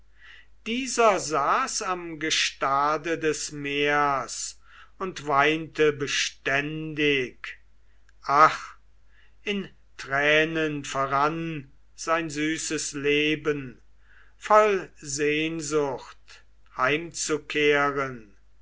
dieser saß am gestade des meers und weinte beständig ach in tränen verrann sein süßes leben voll sehnsucht heimzukehren